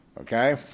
Okay